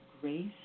grace